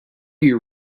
you